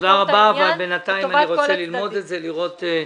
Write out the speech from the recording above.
תודה רבה אבל בינתיים אני רוצה ללמוד את זה ולראות.